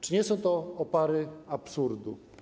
Czy nie są to opary absurdu?